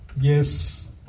Yes